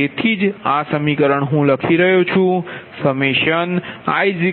તેથી જ આ સમીકરણ હું લખી રહ્યો છું i1mPgi